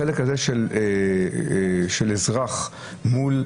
בחלק של אזרח מול